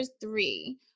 three